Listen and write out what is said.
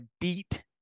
beat